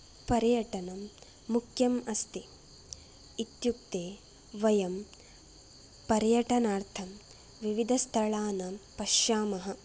पर्यटनं मुक्यम् अस्ति इत्युक्ते वयं पर्यटनार्थं विविधस्थळानां पश्यामः